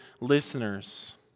listeners